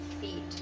feet